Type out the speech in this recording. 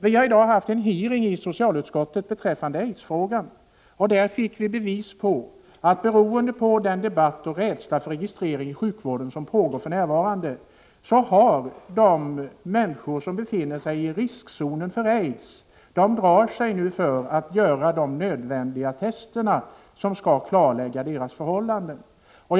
Vi har i dag haft en hearing i socialutskottet beträffande aidsfrågan. Vi fick där bevis på att människor som befinner sig i riskzonen för aids, på grund av den rädsla som den pågående debatten om registrering inom sjukvården skapat, drar sig för att genomgå nödvändiga test för att få sina förhållanden klarlagda.